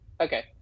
okay